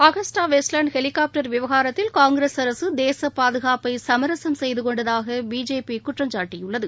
Agusta Westland helicopter விவகாரத்தில் Congress அரக தேச பாதுகாப்பை சமரசம் செய்துகொண்டதாக பிஜேபி குற்றம் சாட்டியுள்ளது